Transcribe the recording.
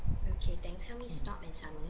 okay thanks kindly stop and submit